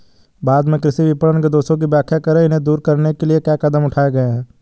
भारत में कृषि विपणन के दोषों की व्याख्या करें इन्हें दूर करने के लिए क्या कदम उठाए गए हैं?